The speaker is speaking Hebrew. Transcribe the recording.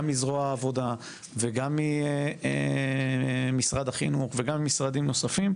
גם מזרוע העבודה וגם ממשרד החינוך וגם ממשרדים נוספים.